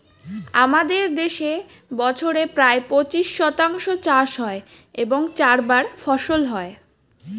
আমাদের দেশে বছরে প্রায় পঁচিশ শতাংশ চাষ হয় এবং চারবার ফসল হয়